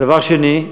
דבר שני,